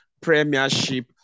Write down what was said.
Premiership